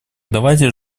давайте